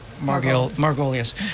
margolius